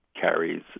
Carries